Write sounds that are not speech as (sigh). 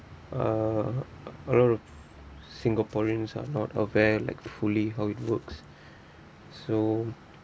uh a lot of singaporeans are not aware like fully how it works (breath) so